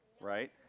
right